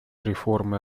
реформы